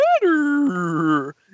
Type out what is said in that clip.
better